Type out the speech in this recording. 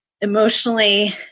emotionally